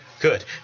good